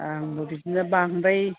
आंबो बिदिनो बांद्राय